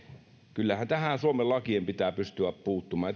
kyllähän tähän suomen lakien pitää pystyä puuttumaan